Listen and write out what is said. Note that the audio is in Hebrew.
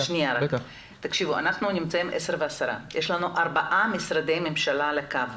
השעה היא 10:10. יש לנו ארבעה משרדי ממשלה על הקו.